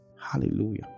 Hallelujah